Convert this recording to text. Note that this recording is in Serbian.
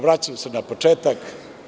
Vraćam se na početak.